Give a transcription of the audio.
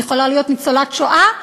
היא יכולה להיות ניצולת השואה,